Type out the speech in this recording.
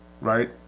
right